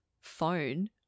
phone